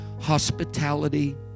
hospitality